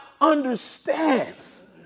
understands